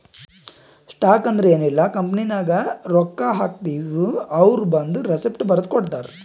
stock ಅಂದುರ್ ಎನ್ ಇಲ್ಲ ಕಂಪನಿನಾಗ್ ರೊಕ್ಕಾ ಹಾಕ್ತಿವ್ ಅವ್ರು ಒಂದ್ ರೆಸಿಪ್ಟ್ ಬರ್ದಿ ಕೊಡ್ತಾರ್